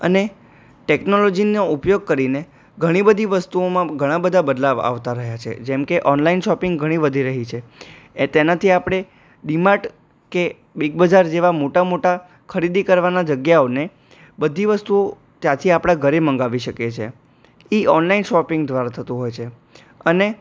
અને ટેકનોલોજીનો ઉપયોગ કરીને ઘણી બધી વસ્તુઓમાં ઘણા બધા બદલાવ આવતા રહ્યા છે જેમકે ઓનલાઈન શોપિંગ ઘણી વધી રહી છે એ તેનાથી આપણે ડીમાટ કે બિગબજાર જેવા મોટા મોટા ખરીદી કરવાના જગ્યાઓને બધી વસ્તુઓ ત્યાંથી આપણાં ઘરે મંગાવી શકીએ છીયે એ ઓનલાઈન શોપિંગ દ્વારા થતું હોય છે અને